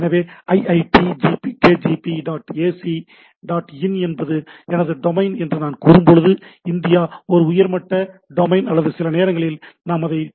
எனவே "iitkgp dot ac dot in" என்பது எனது டொமைன் என்று நான் கூறும்போது இந்தியா ஒரு உயர் மட்ட டொமைன் அல்லது சில நேரங்களில் நாம் அதை டி